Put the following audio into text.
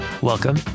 Welcome